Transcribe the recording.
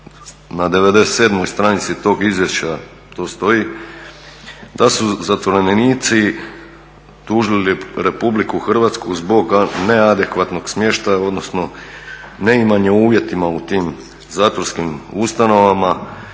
na 97 stranici tog izvješća to stoji, da su zatvorenici tužili RH zbog neadekvatnog smještaja odnosno neimanje uvjeta u tim zatvorskim ustanovama